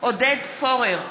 עודד פורר,